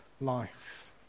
life